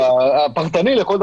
הגיונות אפידמיולוגיים מאוד סדורים,